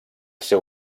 seu